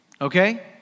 okay